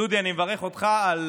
דודי, אני מברך אותך על